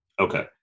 Okay